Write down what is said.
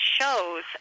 shows